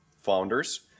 founders